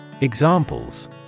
Examples